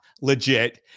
legit